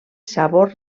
sabor